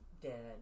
dead